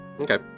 Okay